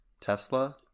Tesla